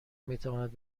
میتواند